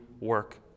work